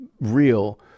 real